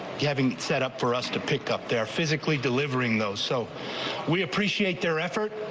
getting set up for us to pick up their physically delivering though so we appreciate their effort.